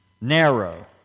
Narrow